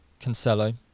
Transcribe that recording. Cancelo